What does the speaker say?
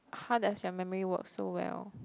how does your memory work so well